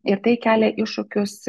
ir tai kelia iššūkius